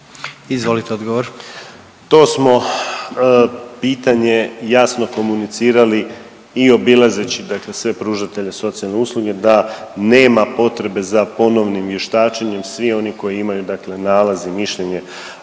Marin (HDZ)** To smo pitanje jasno komunicirali i obilazeći dakle sve pružatelje socijalne usluge da nema potrebe za ponovnim vještačenjem. Svi oni koji imaju dakle nalaz i mišljenje